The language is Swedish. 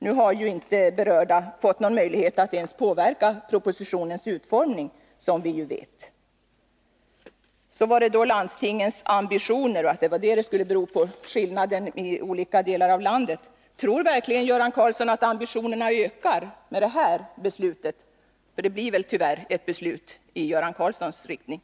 Nu har de berörda ju inte fått någon möjlighet att påverka propositionens utformning. Med anledning av påståendet att skillnaderna mellan olika delar av landet på det här området skulle bero på olika ambitioner vill jag fråga Göran Karlsson, om han verkligen tror att ambitionerna ökar med ett beslut i den riktning som Göran Karlsson talar för — för det blir väl tyvärr ett beslut i den riktningen.